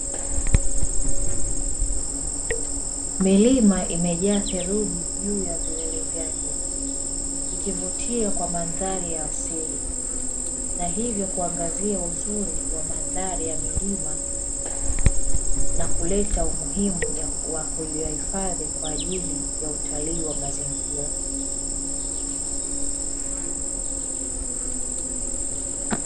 Milima imejaa theluji juu ya vilele vyake, ni kivutio cha mandhari ya asili na hivyo kuangazia uzuri wa mandhari ya milima, na kuleta umuhimu wa kuyaifadhi kwa ajili ya utali wa mazingira.